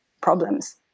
problems